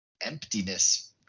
emptiness